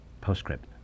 postscript